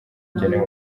bugenewe